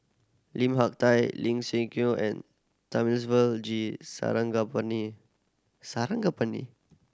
Lim Hak Tai Ling Siew and Thamizhavel G Sarangapani Sarangapani